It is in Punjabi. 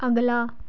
ਅਗਲਾ